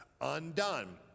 undone